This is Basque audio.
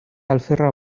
alferra